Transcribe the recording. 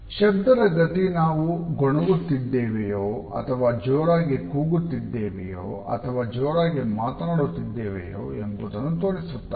ಶಬ್ದದ ಗತಿ ನಾವು ಗೊಣಗುತ್ತಿದ್ದೇವೆಯೋ ಅಥವಾ ಜೋರಾಗಿ ಕೂಗುತ್ತಿದ್ದೇವೆಯೋ ಅಥವಾ ಜೋರಾಗಿ ಮಾತಾಡುತ್ತಿದ್ದೇವೆಯೋ ಎಂಬುದನ್ನು ತೋರಿಸುತ್ತದೆ